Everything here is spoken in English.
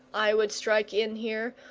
i would strike in here,